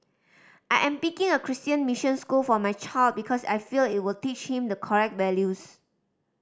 I am picking a Christian mission school for my child because I feel it would teach him the correct values